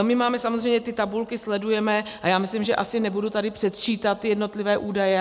My máme samozřejmě ty tabulky, sledujeme, a já myslím, že asi nebudu tady předčítat ty jednotlivé údaje.